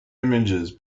images